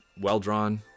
well-drawn